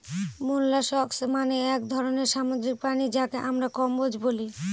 molluscs মানে এক ধরনের সামুদ্রিক প্রাণী যাকে আমরা কম্বোজ বলি